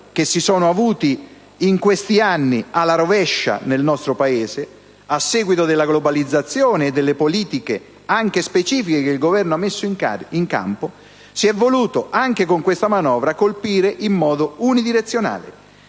che si sono avuti in questi anni nel nostro Paese a seguito della globalizzazione e delle politiche, anche specifiche, che il Governo ha messo in campo, si è voluto, anche con questa manovra, colpire in modo unidirezionale.